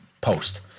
post